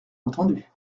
entendu